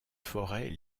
forêts